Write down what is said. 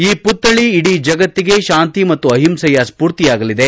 ಈ ಪುತ್ಲಳ ಇಡೀ ಜಗತ್ತಿಗೆ ಶಾಂತಿ ಮತ್ತು ಅಹಿಂಸೆಯ ಸ್ಪೂರ್ತಿಯಾಗಲಿದೆ